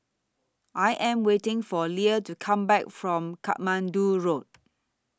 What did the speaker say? I Am waiting For Lea to Come Back from Katmandu Road